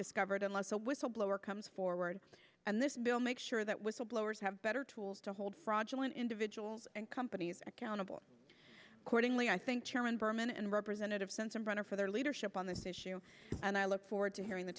discovered unless a whistleblower comes forward and this bill make sure that whistleblowers have better tools to hold fraudulent individuals and companies accountable accordingly i think chairman berman and representative sensenbrenner for their leadership on this issue and i look forward to hearing the